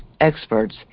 experts